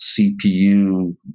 CPU